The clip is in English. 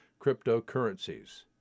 cryptocurrencies